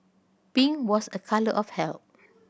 pink was a colour of health